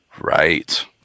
Right